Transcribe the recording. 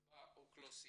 באוכלוסייה.